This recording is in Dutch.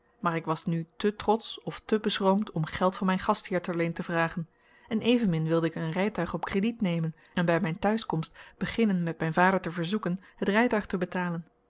maar ik was nu te trotsch of te beschroomd om geld van mijn gastheer ter leen te vragen en evenmin wilde ik een rijtuig op crediet nemen en bij mijn thuiskomst beginnen met mijn vader te verzoeken het rijtuig te betalen